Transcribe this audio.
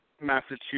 Massachusetts